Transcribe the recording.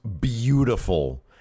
beautiful